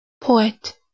poet